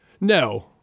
no